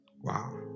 Wow